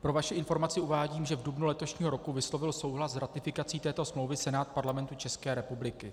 Pro vaši informaci uvádím, že v dubnu letošního roku vyslovil souhlas s ratifikací této smlouvy Senát Parlamentu České republiky.